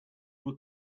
were